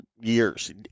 years